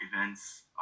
events